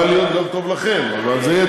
יכול היה להיות גם טוב לכם, אבל זה יהיה